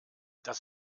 das